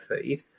feed